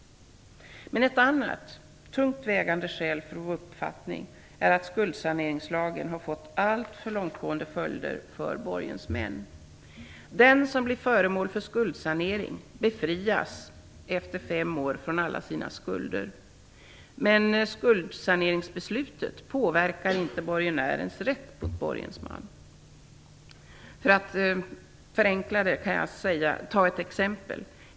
Ett annat, men tungt vägande, skäl för vår uppfattning är att skuldsaneringslagen har fått alltför långtgående följder för borgensmän. Den som blir föremål för skuldsanering befrias efter fem år från alla sina skulder, men skuldsaneringsbeslutet påverkar inte borgenärens rätt mot borgensman. För att förenkla det kan jag ta ett exempel.